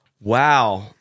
Wow